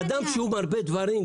אדם שמרבה דברים,